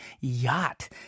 Yacht